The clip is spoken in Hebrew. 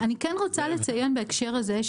אני רוצה לציין בהקשר הזה,